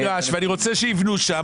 לי יש מגרש ואני רוצה שיבנו שם,